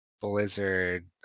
Blizzard